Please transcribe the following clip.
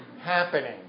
happening